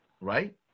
Right